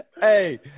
hey